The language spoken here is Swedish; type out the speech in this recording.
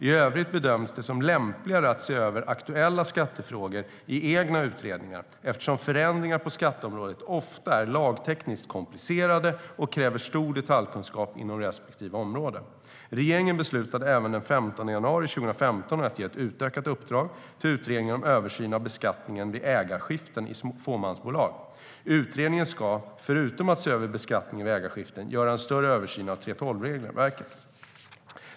I övrigt bedöms det som lämpligare att se över aktuella skattefrågor i egna utredningar, eftersom förändringar på skatteområdet ofta är lagtekniskt komplicerade och kräver stor detaljkunskap inom respektive område. Regeringen beslutade även den 15 januari 2015 att ge ett utökat uppdrag till Utredningen om översyn av beskattningen vid ägarskiften i fåmansföretag. Utredningen ska, förutom att se över beskattningen vid ägarskiften, göra en större översyn av 3:12-regelverket.